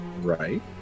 right